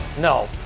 No